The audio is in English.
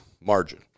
margin